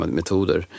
metoder